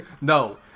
no